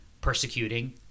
Persecuting